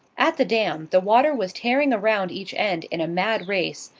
at the dam, the water was tearing around each end in a mad race,